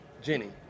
Jenny